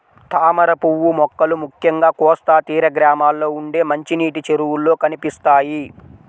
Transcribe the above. తామరపువ్వు మొక్కలు ముఖ్యంగా కోస్తా తీర గ్రామాల్లో ఉండే మంచినీటి చెరువుల్లో కనిపిస్తాయి